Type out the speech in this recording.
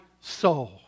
soul